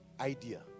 idea